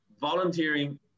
volunteering